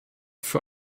für